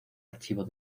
archivo